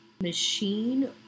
machine